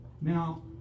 Now